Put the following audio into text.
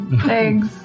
Thanks